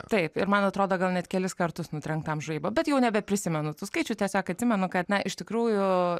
taip ir man atrodo gal net kelis kartus nutrenktam žaibo bet jau nebeprisimenu tų skaičių tiesiog atsimenu kad na iš tikrųjų